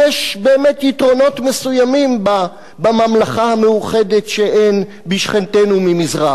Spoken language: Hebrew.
יש באמת יתרונות מסוימים בממלכה המאוחדת שאין בשכנתנו ממזרח.